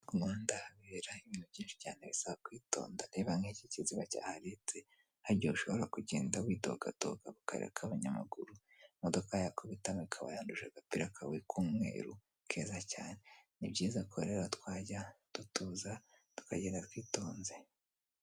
Ku muhanda habera ibintu byinshi cyane bisaba kwitonda, reba nk'iki kiziba cyaharetse hari igihe ushobora kugenda widogadoka mu kayira k'abanyamaguru, imodoka yakubitamo ikaba yanduje agapira kawe k'umweru keza cyane, ni byiza ko rero twajya dutuza tukagenda twitonze.